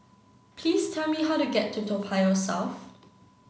please tell me how to get to Toa Payoh South